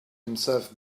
himself